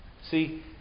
See